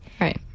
Right